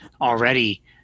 already